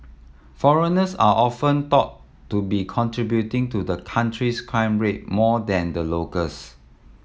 foreigners are often thought to be contributing to the country's crime rate more than the locals